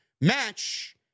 match